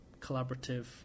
collaborative